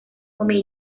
come